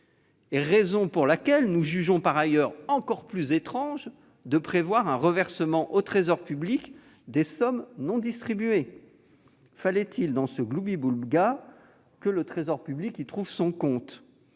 la raison pour laquelle nous jugeons étrange, par ailleurs, de prévoir un reversement au Trésor public des sommes non distribuées. Fallait-il, dans ce gloubi-boulga, que le Trésor public y trouve son compte ?